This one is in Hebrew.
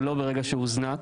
ולא ברגע שהוא הוזנק,